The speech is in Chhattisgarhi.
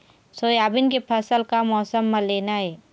सोयाबीन के फसल का मौसम म लेना ये?